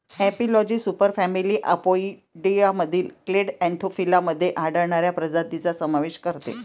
एपिलॉजी सुपरफॅमिली अपोइडियामधील clade Anthophila मध्ये आढळणाऱ्या प्रजातींचा समावेश करते